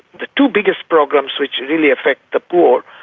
the two biggest programs, which really affect the poor,